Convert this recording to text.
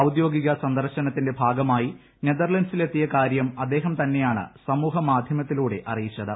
ഔദ്യോഗിക സന്ദർശനത്തിന്റ ഭാഗമായി നെതർലന്റ്സിൽ എത്തിയ കാര്യം അദ്ദേഹം തന്നെയാണ് സമൂഹ മാധ്യമത്തിലൂടെ അറിയിച്ചത്